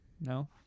No